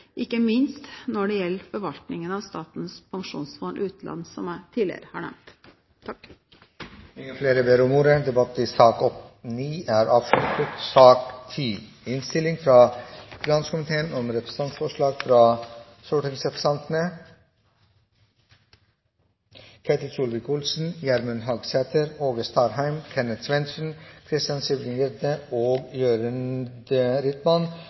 ikke minst når det gjelder forvaltningen av Statens pensjonsfond utland, som jeg tidligere har nevnt. Flere har ikke bedt om ordet til sak nr. 9. Etter ønske fra finanskomiteen